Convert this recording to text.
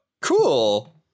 Cool